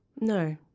No